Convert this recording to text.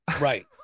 Right